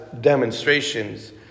demonstrations